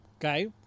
Okay